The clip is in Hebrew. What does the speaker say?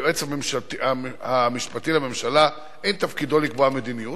היועץ המשפטי לממשלה, אין תפקידו לקבוע מדיניות.